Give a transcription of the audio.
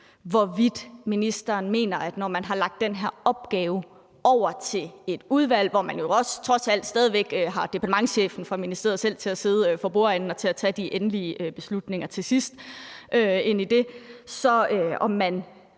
hvorvidt ministeren mener, at man, når man har lagt den her opgave over til et udvalg, hvor man jo trods alt stadig væk har departementschefen fra ministeriet til selv at sidde for bordenden til at tage de endelige beslutninger, fra regeringens side